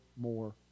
more